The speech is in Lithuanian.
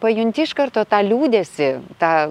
pajunti iš karto tą liūdesį tą